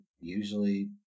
usually